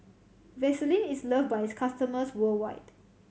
Vaselin is love by its customers worldwide